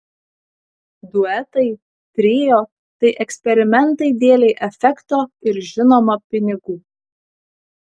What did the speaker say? duetai trio tai eksperimentai dėlei efekto ir žinoma pinigų